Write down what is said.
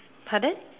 pardon